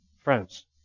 friends